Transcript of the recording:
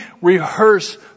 rehearse